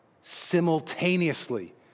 simultaneously